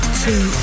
two